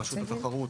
רשות התחרות